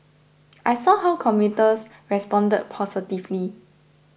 I saw how commuters responded positively